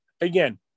again